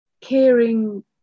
caring